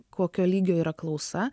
kokio lygio yra klausa